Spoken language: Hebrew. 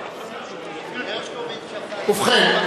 ובכן,